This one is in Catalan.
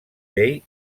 dei